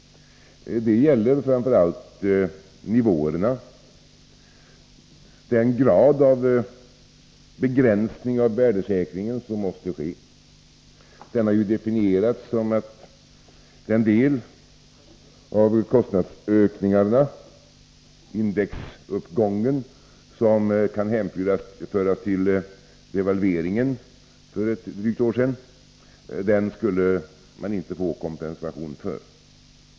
Det gäller framför allt nivåerna — den grad av begränsning av värdesäkringen som måste komma i fråga. Detta har definierats som så att den del av kostnadsökningarna, indexuppgången, som kan hänföras till devalveringen för ett drygt år sedan skulle man inte få kompensation för.